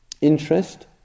interest